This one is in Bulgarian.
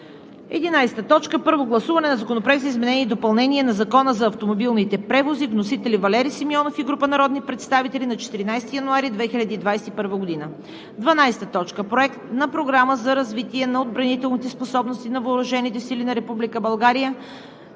2021 г. 11. Първо гласуване на Законопроекта за изменение и допълнение на Закона за автомобилните превози. Вносители – Валери Симеонов и група народни представители на 14 януари 2021 г. 12. Проект на Програма за развитие на отбранителните способности на въоръжените сили на Република България